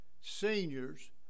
seniors